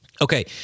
Okay